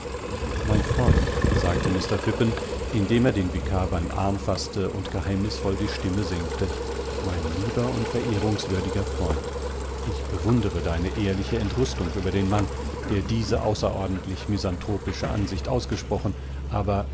mein freund sagte mr phippen indem er den vikar beim arm faßte und geheimnisvoll die stimme senkte mein lieber und verehrungswürdiger freund ich bewundere deine ehrliche entrüstung über den mann der diese außerordentlich misanthropischeansichtausgesprochen aberichvertrauediesdir